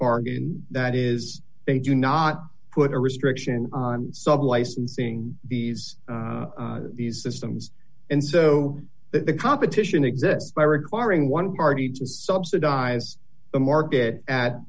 again that is they do not put a restriction on sub licensing these these systems and so that the competition exists by requiring one party to subsidize the market